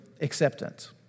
acceptance